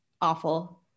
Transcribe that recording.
awful